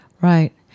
Right